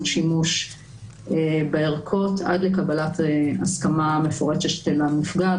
שימוש בערכות עד לקבלת הסכמה מפורשת של הנפגעת,